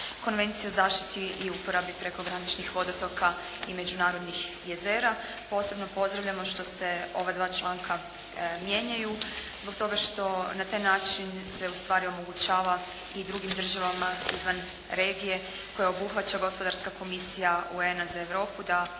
Konvencije o zaštiti i upravi prekograničnih vodotoka i međunarodnih jezera. Posebno pozdravljamo što se ova dva članka mijenjaju zbog toga što na taj način se ustvari omogućava i drugim državama izvan regije koje obuhvaća gospodarska komisija UN-a za Europu da